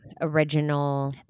original